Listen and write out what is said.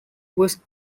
was